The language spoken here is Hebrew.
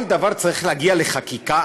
כל דבר צריך להגיע לחקיקה?